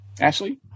Ashley